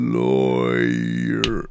lawyer